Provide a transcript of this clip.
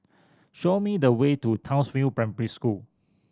show me the way to Townsville Primary School